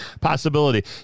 possibility